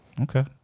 Okay